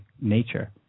nature